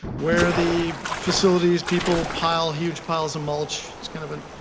where the facilities, people pile huge piles of mulch. it's kind of an